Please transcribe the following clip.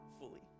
fully